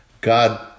God